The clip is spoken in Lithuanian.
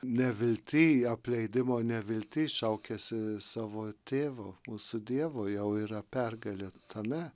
nevilty apleidimo nevilty šaukėsi savo tėvo mūsų dievo jau yra pergalė tame